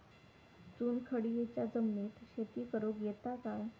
चुनखडीयेच्या जमिनीत शेती करुक येता काय?